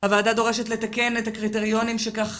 הוועדה דורשת לתקן את הקריטריונים כך